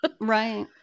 Right